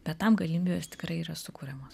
bet tam galimybės tikrai yra sukuriamos